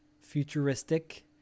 futuristic